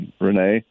Renee—